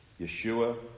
Yeshua